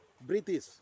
British